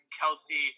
Kelsey